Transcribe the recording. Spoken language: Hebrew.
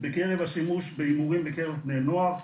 בשימוש בהימורים בקרב בני נוער,